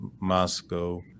Moscow